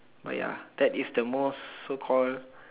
but ya that is the most so called